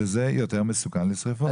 שזה יותר מסוכן לשריפות.